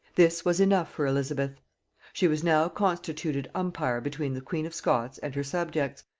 this was enough for elizabeth she was now constituted umpire between the queen of scots and her subjects,